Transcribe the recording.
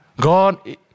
God